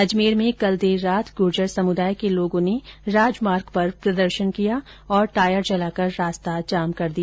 अजमेर में कल देर रात गुर्जर समुदाय के लोगों ने राजमार्ग पर प्रदर्शन किया और टायर जलाकर रास्ता जाम कर दिया